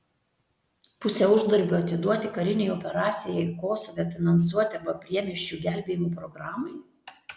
pusę uždarbio atiduoti karinei operacijai kosove finansuoti arba priemiesčių gelbėjimo programai